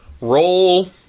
Roll